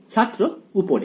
ছাত্র উপরে